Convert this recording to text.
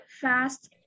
fast